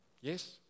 Yes